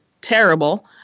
terrible